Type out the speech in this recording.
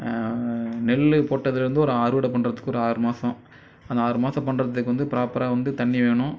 நெல் போட்டதுலர்ந்து ஒரு அறுவடை பண்ணுறதுக்கு ஒரு ஆறு மாதம் அந்த ஆறு மாதம் பண்ணுறதுக்கு வந்து பிராப்பராக வந்து தண்ணி வேணும்